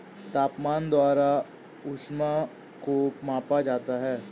तापमान द्वारा ऊष्मा को मापा जाता है